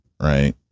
Right